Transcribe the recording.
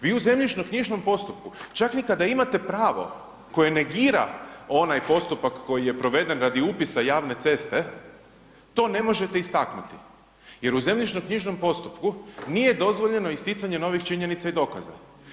Vi u zemljišnoknjižnom postupku čak ni kada imate pravo koje negira onaj postupak koji je proveden radi upisa javne ceste to ne možete istaknuti jer u zemljišnoknjižnom postupku nije dozvoljeno isticanje novih činjenica i dokaza.